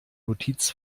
notiz